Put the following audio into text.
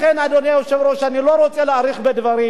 לכן, אדוני היושב-ראש, אני לא רוצה להאריך בדברים,